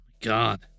God